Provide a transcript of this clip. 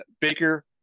baker